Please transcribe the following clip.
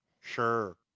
Sure